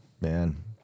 Man